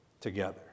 together